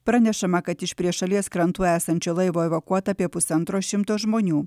pranešama kad iš prie šalies krantų esančio laivo evakuota apie pusantro šimto žmonių